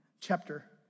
chapter